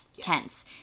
tense